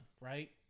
right